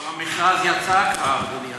אבל המכרז יצא כבר, אדוני השר.